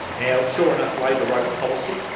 now, sure enough labor wrote the policy,